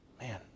Man